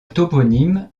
toponyme